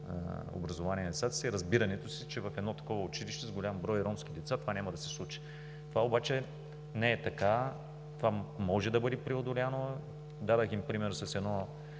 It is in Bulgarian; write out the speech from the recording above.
образование на децата си, разбирането, че в едно такова училище – с голям брой ромски деца, това няма да се случи. Това обаче не е така, то може да бъде преодоляно. Дадох им пример с едно